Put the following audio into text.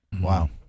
Wow